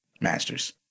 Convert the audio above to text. masters